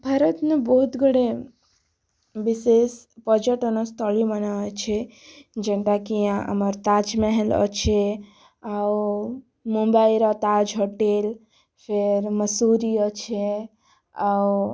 ଭାରତନେ ବହୁତ ଗୁଡ଼ିଏ ବିଶେଷ ପର୍ଯ୍ୟଟନସ୍ଥଳୀ ମାନେ ଅଛେ ଯେନ୍ତାକି ଆମର ତାଜମହଲ ଅଛେ ଆଉ ମୁମ୍ବାଇର ତାଜ୍ ହୋଟେଲ୍ ଫିର ମସୁରୀ ଅଛେ ଆଉ